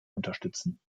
unterstützen